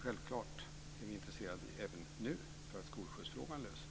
Självklart är vi nu intresserade av att även skolskjutsfrågan löses.